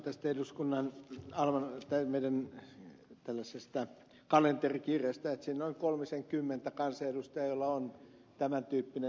minä katsoin tästä eduskunnan kalenterikirjasta että siinä on noin kolmisenkymmentä kansanedustajaa joilla on tämän tyyppinen tutkinto